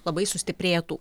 labai sustiprėtų